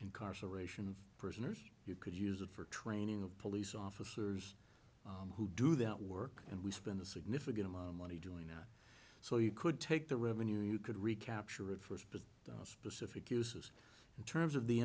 incarceration of person or you could use it for training of police officers who do that work and we spend a significant amount of money doing that so you could take the revenue you could recapture it for specific uses in terms of the